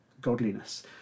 godliness